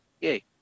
yay